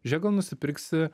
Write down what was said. žiūrėk gal nusipirksi